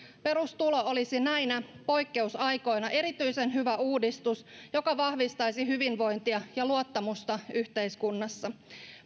perustulo olisi näinä poikkeusaikoina erityisen hyvä uudistus joka vahvistaisi hyvinvointia ja luottamusta yhteiskunnassa